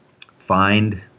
find